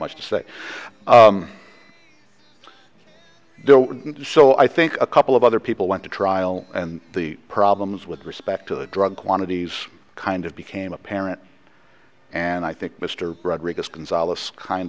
much to say so i think a couple of other people went to trial and the problems with respect to the drug quantities kind of became apparent and i think mr rodriguez